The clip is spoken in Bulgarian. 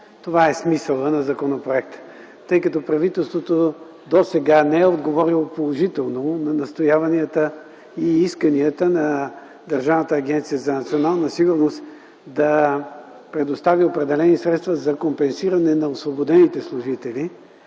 Това е смисълът на законопроекта, тъй като правителството досега не е отговорило положително на настояванията и исканията на Държавната агенция „Национална сигурност” да предостави определени средства за компенсиране на освободените служители.